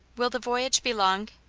will the voyage be long?